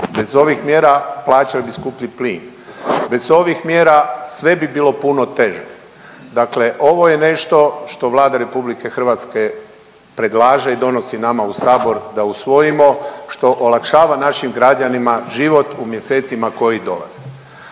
Bez ovih mjera plaćali bi skuplji plin. Bez ovih mjera sve bi bilo puno teže. Dakle, ovo je nešto što Vlada Republike Hrvatske predlaže i donosi nama u Sabor da usvojimo što olakšava našim građanima život u mjesecima koji dolaze.